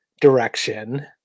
direction